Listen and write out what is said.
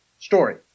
story